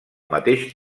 mateix